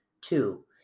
two